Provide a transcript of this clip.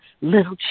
Little